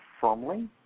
firmly